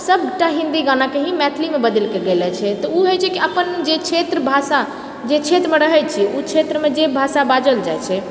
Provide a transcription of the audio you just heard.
सबटा हिन्दी गानाके ही मैथिलीमे बदलिके गेलो छै तऽओ होइत छै कि अपन जे क्षेत्र भाषा जे क्षेत्रमे रहैत छियै ओ क्षेत्रमे जे भाषा बाजल जाइत छै